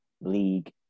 League